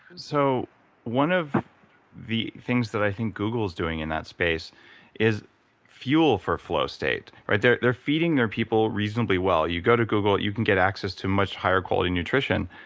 so one of the things that i think google's doing in that space is fuel for flow state. they're they're feeding their people reasonably well. you go to google. you can get access to much higher quality nutrition.